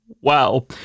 wow